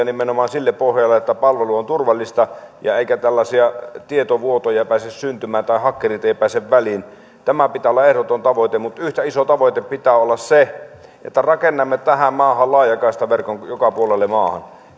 nimenomaan sille pohjalle että palvelu on turvallista eikä tällaisia tietovuotoja pääse syntymään eivätkä hakkerit pääse väliin pitää olla ehdoton tavoite mutta yhtä iso tavoite pitää olla sen että rakennamme tähän maahan laajakaistaverkon joka puolelle maahan